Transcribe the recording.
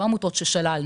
לא עמותות ששללנו.